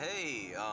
hey